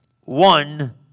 one